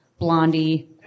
Blondie